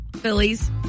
Phillies